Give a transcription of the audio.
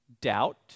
Doubt